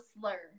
slur